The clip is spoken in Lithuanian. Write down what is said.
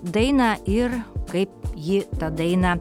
dainą ir kaip ji tą dainą